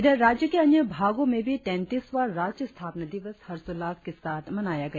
इधर राज्य के अन्य भागों में भी तैंतीसवां राज्य स्थापना दिवस हर्षोल्लास के साथ मनाया गया